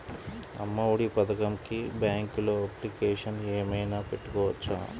అమ్మ ఒడి పథకంకి బ్యాంకులో అప్లికేషన్ ఏమైనా పెట్టుకోవచ్చా?